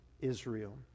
Israel